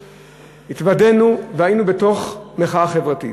התוודענו והיינו בתוך מחאה חברתית.